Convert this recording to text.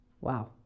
Wow